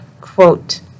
quote